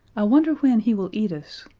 i wonder when he will eat us!